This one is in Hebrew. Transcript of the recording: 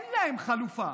אין להם חלופה.